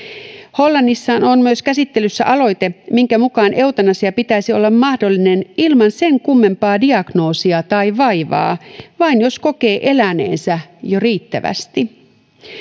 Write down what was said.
hollannissa on myös käsittelyssä aloite minkä mukaan eutanasian pitäisi olla mahdollinen ilman sen kummempaa diagnoosia tai vaivaa vain jos kokee eläneensä jo riittävästi